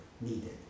needed